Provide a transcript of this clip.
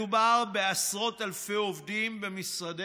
מדובר בעשרות אלפי עובדים במשרדי